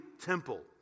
temple